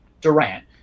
Durant